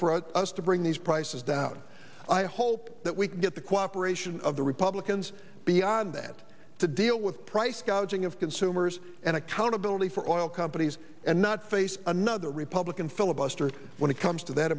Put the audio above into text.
for us to bring these prices down i hope that we can get the cooperation of the republicans beyond that to deal with price gouging of consumers and accountability for oil companies and not face another republican filibuster when it comes to that